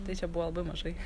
tai čia buvo labai mažai